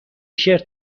شرت